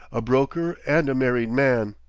a broker and a married man,